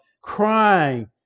crying